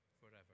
forever